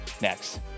next